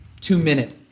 two-minute